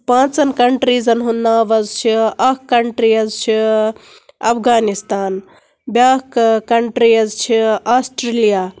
پانٛژَن کَنٛٹریزَن ہُنٛد ناو حظ چھِ اَکھ کَنٛٹری حظ چھِ افغانِستان بیاکھ کَنٛٹری حظ چھِ آسٹریلیاں